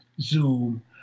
Zoom